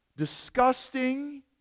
disgusting